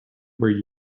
where